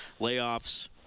layoffs